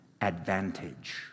advantage